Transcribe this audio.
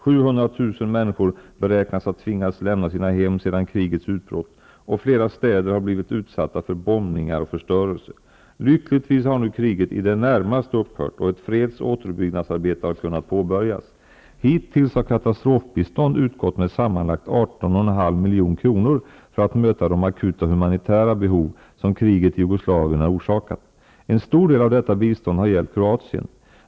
700 000 människor be räknas ha tvingats lämna sina hem sedan krigets utbrott, och flera städer har blivit utsatta för bombningar och förstörelse. Lyckligtvis har nu kriget i det närmaste upphört och ett freds och återuppbyggnadsarbete har kunnat på börjas. Hittills har katastrofbistånd utgått med sammanlagt 18,5 milj.kr. för att möta de akuta humanitära behov som kriget i Jugoslavien har orsakat. En stor del av detta bistånd har gällt Kroatien.